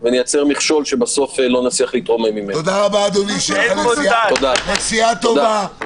במודעות מודפסות על שלטי חוצות או בכל דרך יעילה אחרת